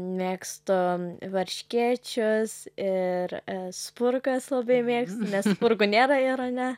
mėgstu varškėčius ir spurgas labai mėgstu nes spurgų nėra irane